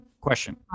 question